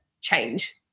change